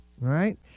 right